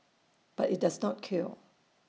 but IT does not cure